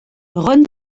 ron